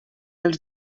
els